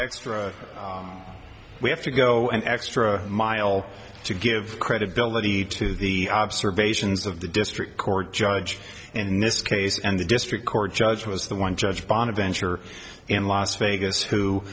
extra we have to go an extra mile to give credibility to the observations of the district court judge and this case and the district court judge was the one judge bonaventure in las vegas